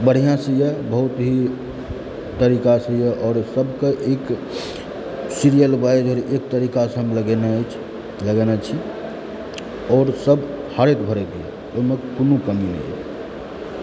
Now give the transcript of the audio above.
बढ़िआँसँ यऽ बहुत ही तरीकासँ यऽ आओर सबकेँ एक सीरियल वाइज आओर एक तरीकासंँ हम लगेने अछि लगेने छी आओर सब हरैत भरैत ओहिमे कोनो कमी नहि